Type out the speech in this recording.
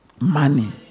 Money